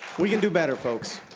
we can do better, folks.